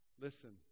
Listen